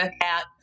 out